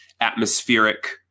atmospheric